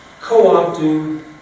co-opting